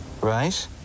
Right